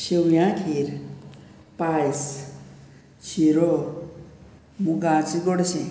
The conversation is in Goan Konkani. शेव्यां खीर पायस शिरो मुगांचें गोडशें